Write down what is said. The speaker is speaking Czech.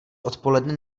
odpoledne